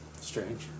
Strange